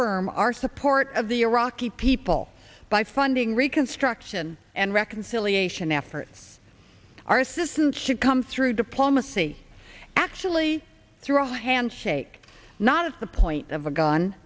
reaffirm our support of the iraqi people by funding reconstruction and reconciliation efforts our assistance should come through diplomacy actually through a handshake not at the point of a gun